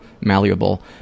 malleable